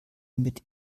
mit